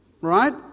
Right